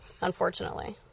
Unfortunately